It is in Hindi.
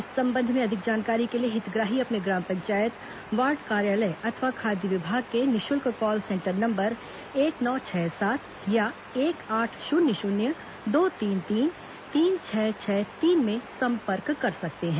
इस संबंध में अधिक जानकारी के लिए हितग्राही अपने ग्राम पंचायत वॉर्ड कार्यालय अथवा खाद्य विभाग के निःशुल्क कॉल सेंटर नम्बर एक नौ छह सात या एक आठ शून्य शून्य दो तीन तीन तीन छह छह तीन में सम्पर्क कर सकते हैं